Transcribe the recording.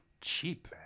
cheap